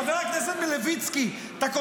חבר הכנסת מלביצקי: אתה,